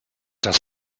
das